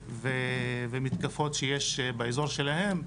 ומתקפות שיש באזור שלהם,